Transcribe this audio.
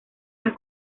más